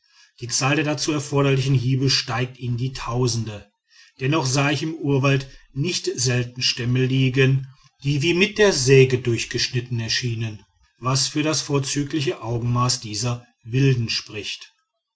die zahl der dazu erforderlichen hiebe steigt in die tausende dennoch sah ich im urwald nicht selten stämme liegen die wie mit der säge durchgeschnitten erschienen was für das vorzügliche augenmaß dieser wilden spricht